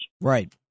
Right